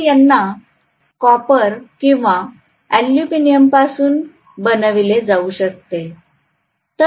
तर यांना कॉपर किंवा एल्युमिनियमपासून बनवले जाऊ शकते